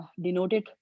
denoted